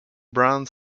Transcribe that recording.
brown